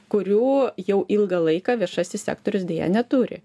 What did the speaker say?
kurių jau ilgą laiką viešasis sektorius deja neturi